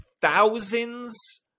thousands